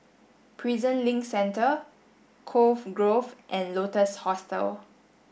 Prison Link Centre Cove Grove and Lotus Hostel